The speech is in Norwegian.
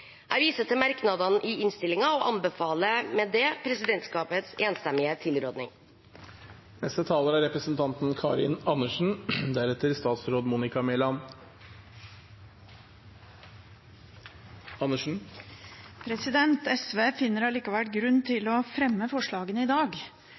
Jeg viser til merknadene i innstillingen og anbefaler med det presidentskapets enstemmige tilråding. SV finner likevel grunn til